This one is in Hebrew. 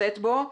נמצאת בו.